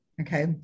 Okay